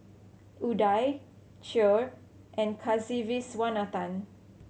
Udai Choor and Kasiviswanathan